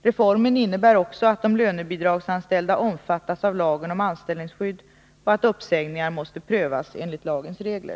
Reformen innebär också att de lönebidragsanställda omfattas av lagen om anställningsskydd och att uppsägningar måste prövas enligt lagens regler.